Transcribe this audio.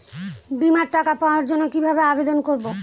বিমার টাকা পাওয়ার জন্য কিভাবে আবেদন করব?